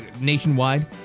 nationwide